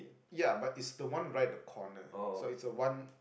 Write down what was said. ya but it's the one right at the corner so it's a one